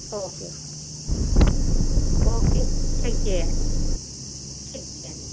okay okay check చేయండి